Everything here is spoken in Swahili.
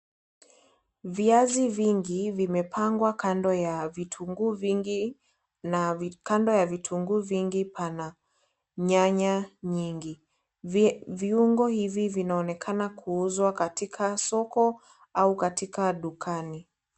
Viazi vingi vimepangwa kando ya vitunguu vingi, na kando ya vitunguu vingi pana nyanya mingi. Viungo hivi vinaonekana kuuzwa katika soko au katika dukani.